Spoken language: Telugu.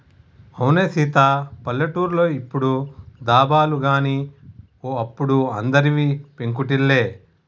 అవునే సీత పల్లెటూర్లో ఇప్పుడు దాబాలు గాని ఓ అప్పుడు అందరివి పెంకుటిల్లే